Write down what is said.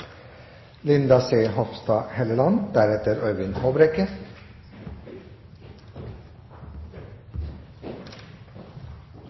Linda C. Hofstad Helleland,